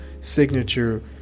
signature